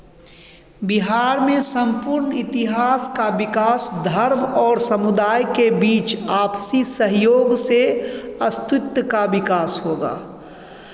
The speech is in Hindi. बिहार में सम्पूर्ण इतिहास का विकास धर्म और समुदाय के बीच आपसी सहयोग से अस्तित्व का विकास होगा